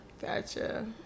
Gotcha